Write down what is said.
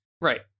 Right